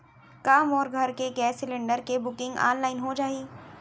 का मोर घर के गैस सिलेंडर के बुकिंग ऑनलाइन हो जाही?